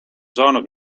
saanud